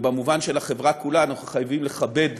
ובמובן של החברה כולה, אנחנו חייבים לכבד